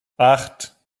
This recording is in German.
acht